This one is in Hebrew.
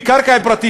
בקרקע פרטית,